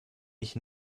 ich